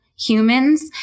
humans